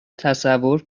تصور